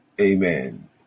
Amen